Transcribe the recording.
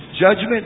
judgment